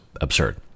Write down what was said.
absurd